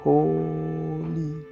Holy